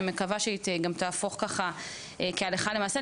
מקווה שהיא גם תהפוך ככה מהלכה למעשה.